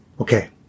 okay